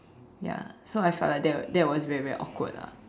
ya so I felt like that that was very very awkward lah